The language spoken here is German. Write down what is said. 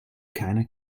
keiner